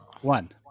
One